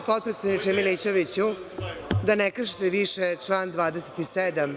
Molim vas, potpredsedniče Milićeviću, da ne kršite više član 27.